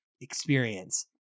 experience